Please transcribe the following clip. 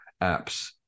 apps